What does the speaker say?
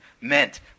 meant